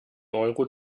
euro